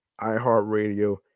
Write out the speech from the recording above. iHeartRadio